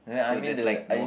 so there's like no